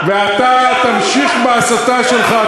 ואתה תמשיך בהסתה שלך,